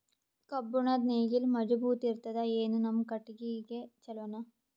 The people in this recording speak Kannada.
ಕಬ್ಬುಣದ್ ನೇಗಿಲ್ ಮಜಬೂತ ಇರತದಾ, ಏನ ನಮ್ಮ ಕಟಗಿದೇ ಚಲೋನಾ?